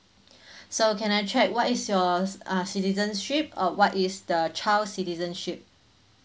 so can I check what is your s~ uh citizenship or what is the child citizenship